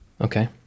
Okay